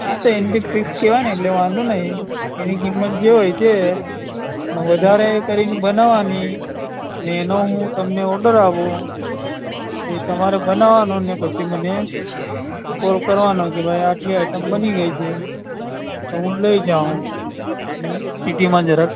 આ તો antique piece કેહવાયને એટલે વાંધો નય એની કિમત જોઈ છે પણ વધારે કરી ન બનાવાની ને એનો હું તમને ઓર્ડર આપું એ તમારે બનાવાનુંને પછી મને કોલ કરવાનો કે ભાઈ આટલી આઇટમ બની ગઈ છે તો હું લઈ જાવું સિટીમાં જરાક